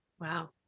Wow